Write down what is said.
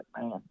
man